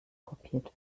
kopiert